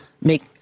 make